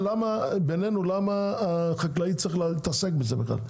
למה החקלאי צריך להתעסק בזה בכלל?